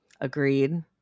Agreed